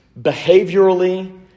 behaviorally